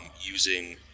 using